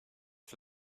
for